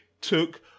took